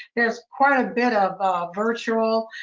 there's quite a bit of virtual,